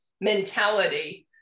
mentality